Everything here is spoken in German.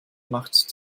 macht